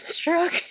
stroke